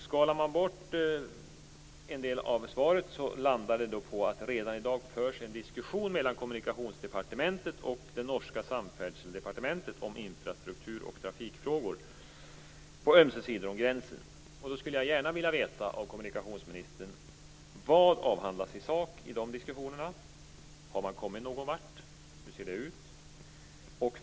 Skalar man bort en del av svaret landar det på att det redan i dag förs en diskussion mellan Kommunikationsdepartementet och det norska Samferdseldepartementet om infrastruktur och trafikfrågor på ömse sidor om gränsen. Då skulle jag gärna vilja veta: Vad avhandlas i sak i de diskussionerna? Har man kommit någon vart? Hur ser det ut?